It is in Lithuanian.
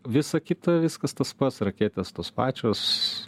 visa kita viskas tas pats raketės tos pačios